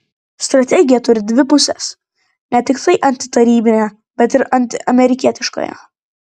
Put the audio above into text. strategija turi dvi puses ne tiktai antitarybinę bet ir antiamerikietiškąją